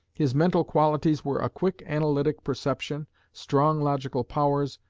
his mental qualities were a quick analytic perception, strong logical powers,